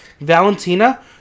valentina